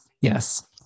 Yes